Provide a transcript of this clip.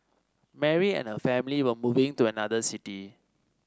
Mary and her family were moving to another city